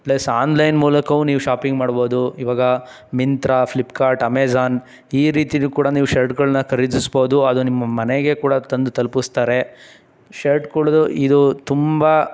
plus online ಮೂಲಕವು ನೀವು shopping ಮಾಡ್ಬೋದು ಇವಾಗ ಮಿಂತ್ರಾ ಫ್ಲಿಪ್ಕಾರ್ಟ್ ಅಮೆಝೋನ್ ಈ ರೀತಿಯದು ಕೂಡ ನೀವು ಶರ್ಟ್ಗಳನ್ನ ಖರೀದಿಸ್ಬೋದು ಅದು ನಿಮ್ಮ ಮನೆಗೆ ಕೂಡ ತಂದು ತಲುಪಿಸ್ತಾರೆ ಶರ್ಟ್ಗಳ್ದು ಇದು ತುಂಬ